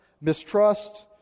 mistrust